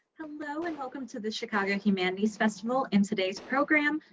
hello and welcome to the chicago humanities festival and today's program,